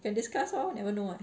can discuss lor you'll never know [what]